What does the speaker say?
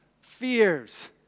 fears